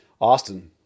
Austin